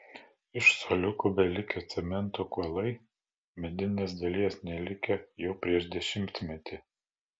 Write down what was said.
iš suoliukų belikę cemento kuolai medinės dalies nelikę jau prieš dešimtmetį